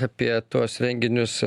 apie tuos renginius